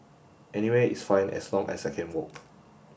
anywhere is fine as long as I can walk